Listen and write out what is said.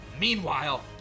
Meanwhile